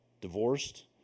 divorced